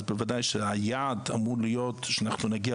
אז בוודאי שהיעד אמור להיות שאנחנו נגיע